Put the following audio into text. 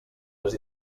les